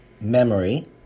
memory